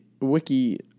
Wiki